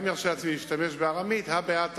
גם אני ארשה לעצמי להשתמש בארמית, הא בהא תליא.